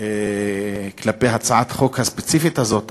על הצעת החוק הספציפית הזאת,